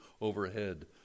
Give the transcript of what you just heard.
overhead